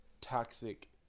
toxic